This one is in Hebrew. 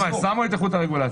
שמו את איכות הרגולציה.